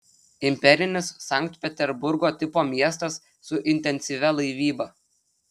imperinis sankt peterburgo tipo miestas su intensyvia laivyba